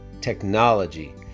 technology